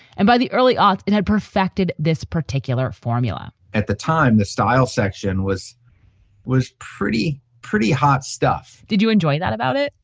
and by the early art, it had perfected this particular formula at the time, the style section was was pretty, pretty hot stuff. did you enjoy that about it?